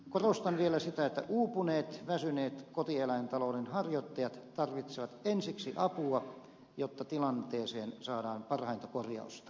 korostan vielä sitä että uupuneet väsyneet kotieläintalouden harjoittajat tarvitsevat ensiksi apua jotta tilanteeseen saadaan parhainta korjausta